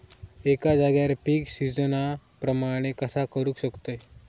एका जाग्यार पीक सिजना प्रमाणे कसा करुक शकतय?